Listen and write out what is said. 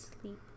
sleep